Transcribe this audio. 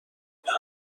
میخان